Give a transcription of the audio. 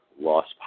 lost